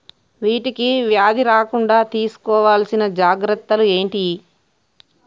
వీటికి వ్యాధి రాకుండా తీసుకోవాల్సిన జాగ్రత్తలు ఏంటియి?